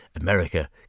America